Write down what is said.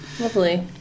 Lovely